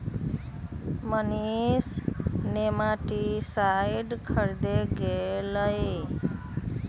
Manish nematicide खरीदे गय लय